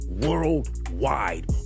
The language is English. worldwide